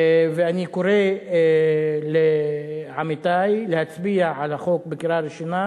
אני קורא לעמיתי להצביע בעד החוק בקריאה ראשונה,